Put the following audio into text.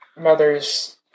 mother's